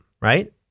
Right